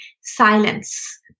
silence